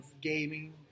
gaming